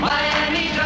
Miami